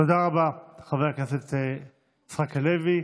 תודה רבה, חבר הכנסת יצחק הלוי.